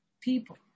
people